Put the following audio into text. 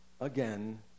again